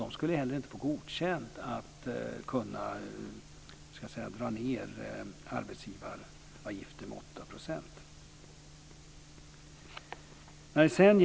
Man skulle heller inte få godkänt för att dra ned arbetsgivaravgifterna med 8 %.